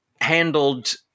handled